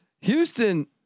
Houston